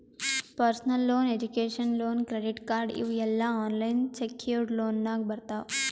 personal loan, education loan, credit card ಇವ್ ಎಲ್ಲಾ unsecured ಲೋನ್ನಾಗ್ ಬರ್ತಾವ್